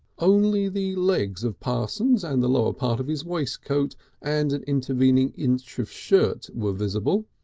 only the legs of parsons and the lower part of his waistcoat and an intervening inch of shirt were visible.